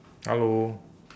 hello